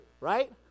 right